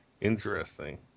interesting